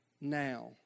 now